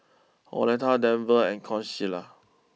Oleta Denver and Consuela